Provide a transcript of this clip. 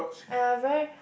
ah where